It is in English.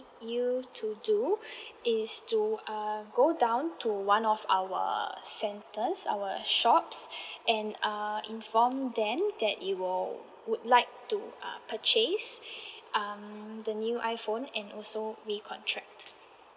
you to do is to uh go down to one of our centres our shops and err inform them that you will would like to uh purchase um the new iPhone and also recontract